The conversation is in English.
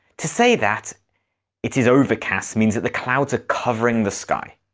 to say that it is overcast means that the clouds are covering the sky.